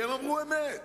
והם אמרו אמת.